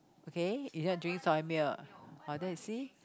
okay you don't drink soya milk oh but then you'll see